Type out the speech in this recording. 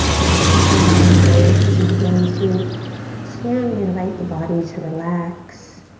give the thinking mind a break as you begin to slowly invite the body to relax.